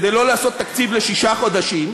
כדי שלא לעשות תקציב לשישה חודשים,